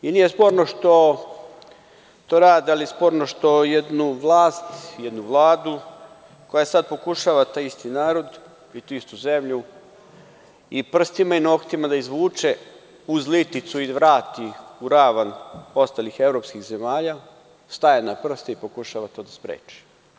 Nije sporno što to rade, ali je sporno što jednu vlast, jednu Vladu, koja sad pokušava taj isti narod, tu istu zemlju i prstima i noktima da izvuče uz liticu i vrati u ravan ostalih evropskih zemalja, staje na prste i pokušava to da spreči.